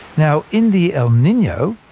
now in the el nino,